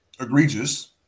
egregious